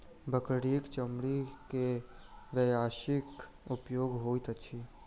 बकरीक चमड़ी के व्यवसायिक उपयोग होइत अछि